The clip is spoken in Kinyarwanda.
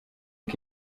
uko